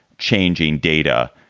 changing data,